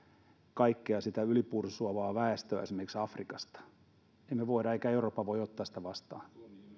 kaikkea sitä ylipursuavaa väestöä esimerkiksi afrikasta emme voi eikä eurooppa voi ottaa sitä vastaan